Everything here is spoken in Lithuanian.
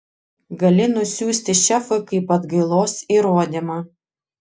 gali nusiųsti šefui kaip atgailos įrodymą